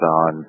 on